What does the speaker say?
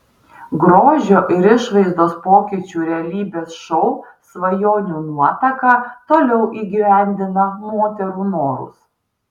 grožio ir išvaizdos pokyčių realybės šou svajonių nuotaka toliau įgyvendina moterų norus